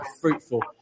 fruitful